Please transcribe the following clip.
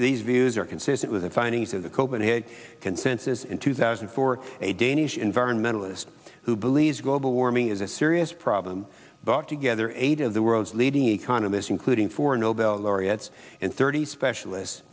these views are consistent with the findings of the copenhagen consensus in two thousand and four a danish environmentalist who believes global warming is a serious problem but together eight of the world's leading economists including four nobel laureates and thirty specialists